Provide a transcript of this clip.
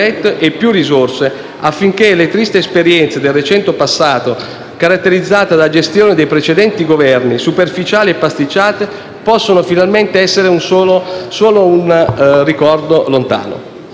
e più risorse, affinché le tristi esperienze del recente passato, caratterizzate da gestioni dei precedenti Governi superficiali e pasticciate, possano finalmente essere solo un ricordo lontano.